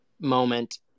moment